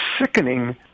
sickening